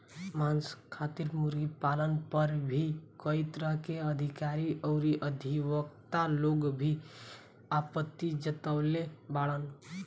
मांस खातिर मुर्गी पालन पर भी कई तरह के अधिकारी अउरी अधिवक्ता लोग भी आपत्ति जतवले बाड़न